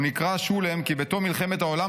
הוא נקרא שולם כי בתום מלחמת העולם